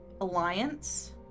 alliance